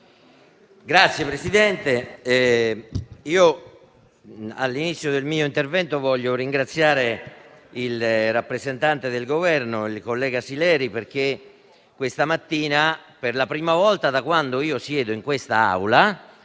Signor Presidente, all'inizio del mio intervento vorrei ringraziare il rappresentante del Governo, il collega Sileri, perché questa mattina, per la prima volta da quando siedo in quest'Aula,